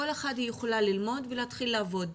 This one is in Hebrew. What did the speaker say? כל אחת יכולה ללמוד ולהתחיל לעבוד.